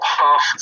half